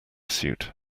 suit